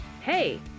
Hey